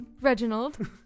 Reginald